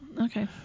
Okay